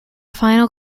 final